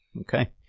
Okay